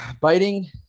biting